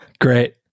Great